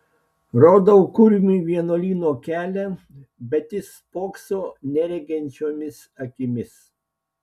rodau kurmiui vienuolyno kelią bet jis spokso nereginčiomis akimis